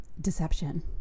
deception